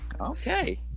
Okay